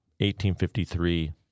1853